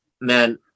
man